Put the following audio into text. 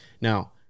Now